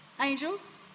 angels